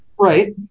Right